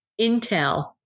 intel